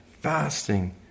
fasting